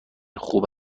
خوب